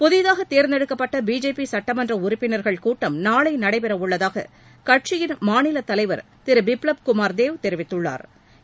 புதிதாக தேர்ந்தெடுக்கப்பட்ட பிஜேபி சுட்டமன்ற உறுப்பினர்கள் கூட்டம் நாளை நடைபெற உள்ளதாக கட்சி மாநிலத் தலைவா் திரு பிப்லப் குமாா் தேவ் தெரிவித்துள்ளாா்